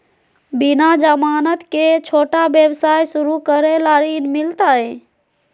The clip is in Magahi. बिना जमानत के, छोटा व्यवसाय शुरू करे ला ऋण मिलतई?